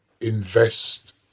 invest